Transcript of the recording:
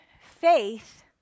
Faith